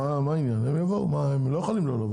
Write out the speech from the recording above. הם לא יכולים שלא.